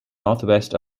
northwest